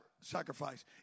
sacrifice